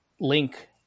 link